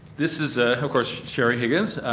this is ah of course sherie higgins,